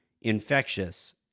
infectious